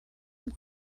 were